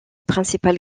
principale